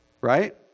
right